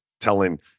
telling